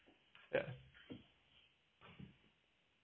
ya